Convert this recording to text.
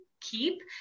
keep